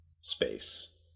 space